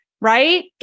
right